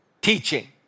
teaching